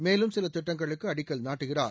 மேலும் சில திட்டங்களுக்கு அடிக்கல் நாட்டுகிறார்